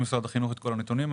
למשרד החינוך יש את כל הנתונים.